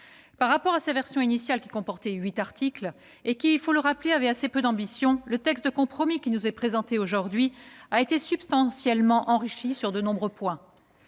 Par rapport à sa version initiale qui comportait huit articles et qui, il faut le rappeler, avait assez peu d'ambition, le texte de compromis qui nous est présenté aujourd'hui a été substantiellement enrichi sur de nombreux points.